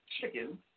chicken